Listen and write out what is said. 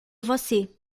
você